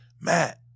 Matt